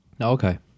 Okay